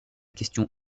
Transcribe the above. question